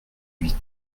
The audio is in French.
huit